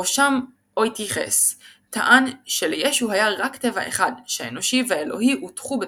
ראשם אויטיכס טען שלישו היה רק טבע אחד שהאנושי והאלוהי הותכו בתוכו,